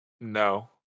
No